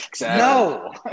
no